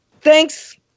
Thanks